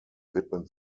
widmet